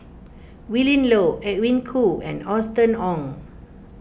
Willin Low Edwin Koo and Austen Ong